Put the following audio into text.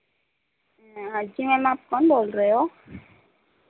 हाँ जी मैम आप कौन बोल रहे हो